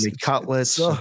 Cutlets